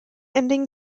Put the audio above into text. ending